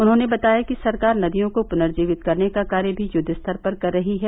उन्होंने बताया कि सरकार नदियों को पुनर्जीवित करने का कार्य भी युद्व स्तर पर कर रही है